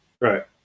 Right